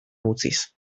utziz